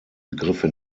begriffe